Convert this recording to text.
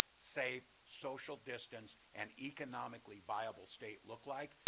safe, social distance, and economically viable state look like,